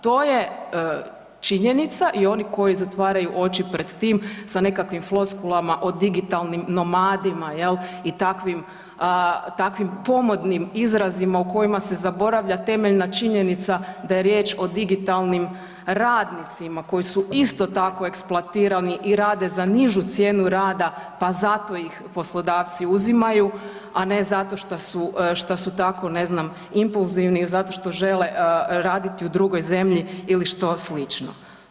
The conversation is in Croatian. To je činjenica i oni koji zatvaraju oči pred tim sa nekakvim floskulama o digitalnim nomadima, je li i takvim pomodnim izrazima u kojima se zaboravlja temeljna činjenica da je riječ o digitalnim radnicima koji su isto tako, eksploatirani i rade za nižu cijenu rada pa zato ih poslodavci uzimaju, a ne zato što su tako ne znam, impulzivni, zato što žele raditi u drugoj zemlji ili što slično.